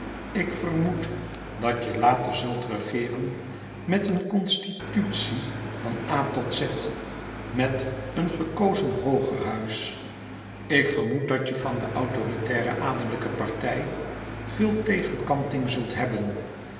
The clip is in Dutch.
ik vermoed dat je later zult regeeren met een constitutie van a tot z met een gekozen hooger huis ik vermoed dat je van de autoritair adelijke partij veel tegenkanting zult hebben